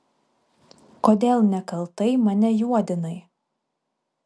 kodėl nekaltai mane juodinai